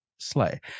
slay